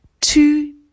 two